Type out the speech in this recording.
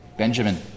Benjamin